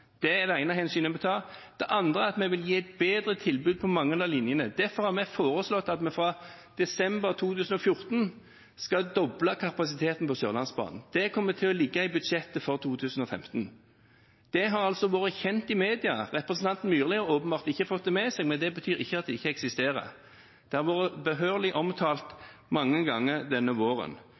det er det ene hensynet en må ta. Det andre er at vi vil gi et bedre tilbud på mange av disse linjene. Derfor har vi foreslått at vi fra desember 2014 skal doble kapasiteten på Sørlandsbanen. Det kommer til å ligge i budsjettet for 2015. Det har altså vært kjent i media – representanten Myrli har åpenbart ikke fått det med seg, men det betyr ikke at det ikke eksisterer, det har vært behørig omtalt mange ganger denne våren.